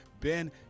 Ben